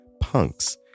Punks